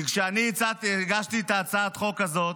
כי כשאני הגשתי את הצעת החוק הזאת,